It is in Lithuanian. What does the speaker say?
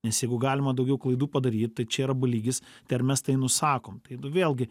nes jeigu galima daugiau klaidų padaryt tai čia yra b lygis tai ar mes tai nu sakom tai nu vėlgi